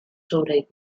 sobre